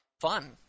fun